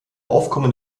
aufkommen